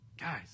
guys